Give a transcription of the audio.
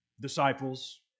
disciples